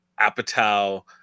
Apatow